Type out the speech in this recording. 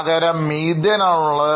പകരം മീഥേൻ ആണുള്ളത്